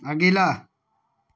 अगिला